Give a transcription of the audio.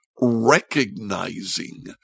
recognizing